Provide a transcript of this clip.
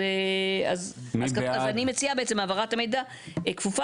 אז אני מציעה בעצם העברת המידע כפופה